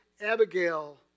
Abigail